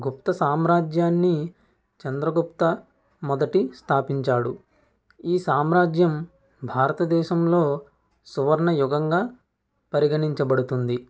గుప్త సామ్రాజ్యాన్ని చంద్రగుప్త మొదట స్థాపించాడు ఈ సామ్రాజ్యం భారత దేశంలో సువర్ణయుగంగా పరిగణించబడుతుంది